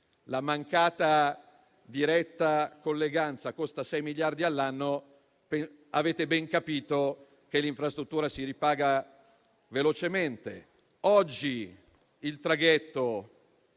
la mancata diretta colleganza costa 6 miliardi all'anno, potete ben capire che l'infrastruttura si ripaga velocemente. Oggi il traghetto